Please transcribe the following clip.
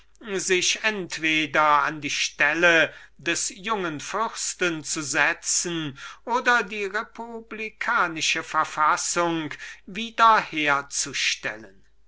sich entweder an seine stelle zu setzen oder die republikanische verfassung wiederherzustellen